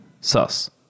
sus